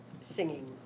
singing